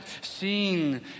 seen